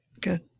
good